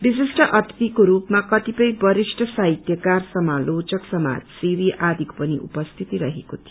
विशिष्ट अतिथिको रूपमा कतिपय वरिष्ठ साहित्यकार समालोचक समाजसेवी आदिको पनि उपस्थिति रहेको थियो